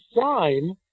sign